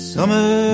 Summer